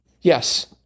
Yes